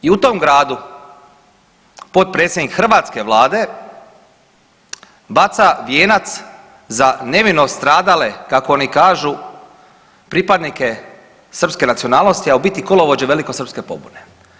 I u tom gradu, potpredsjednik hrvatske Vlade baca vijenac za nevino stradale, kako oni kažu, pripadnike srpske nacionalnosti, a u biti kolovođe velikosrpske pobune.